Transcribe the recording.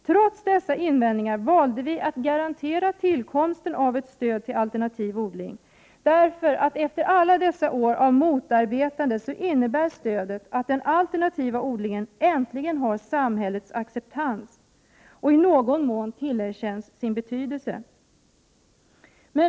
Trots dessa invändningar valde vi att garantera tillkomsten av ett stöd till alternativ odling, därför att detta efter alla dessa år av motarbetande, innebär att den alternativa odlingen äntligen har samhällets acceptans och i någon mån tillerkänns sin betydelse.